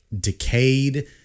decayed